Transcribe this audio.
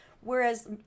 Whereas